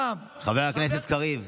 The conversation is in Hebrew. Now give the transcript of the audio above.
חבר הכנסת קריב,